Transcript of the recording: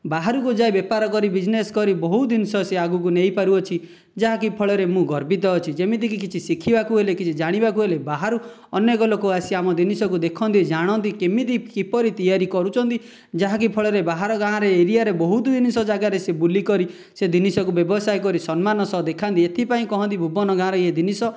ବାହାରକୁ ଯାଇ ବେପାର କରି ବିଜ୍ନେସ୍ କରି ବହୁତ ଜିନିଷ ସେ ଆଗକୁ ନେଇପାରୁଅଛି ଯାହାକି ଫଳରେ ମୁଁ ଗର୍ବିତ ଅଛି ଯେମିତିକି କିଛି ଶିଖିବାକୁ ହେଲେ କିଛି ଜାଣିବାକୁ ହେଲେ ବାହାରୁ ଅନେକ ଲୋକ ଆସି ଆମ ଜିନିଷକୁ ଦେଖନ୍ତି ଜାଣନ୍ତି କେମିତି କିପରି ତିଆରି କରୁଛନ୍ତି ଯାହାକି ଫଳରେ ବାହାର ଗାଁର ଏରିଆରେ ବହୁତ ଜିନିଷ ଜାଗାରେ ସେ ବୁଲି କରି ସେ ଜିନିଷକୁ ବ୍ୟବସାୟ କରି ସମ୍ମାନ ସହ ଦେଖାନ୍ତି ଏଥିପାଇଁ କୁହନ୍ତି ଭୁବନ ଗାଁର ଏ ଜିନିଷ